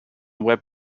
web